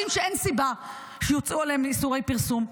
שאין סיבה שיוצאו עליהם איסורי פרסום.